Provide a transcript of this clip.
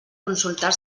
consultar